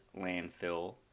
landfill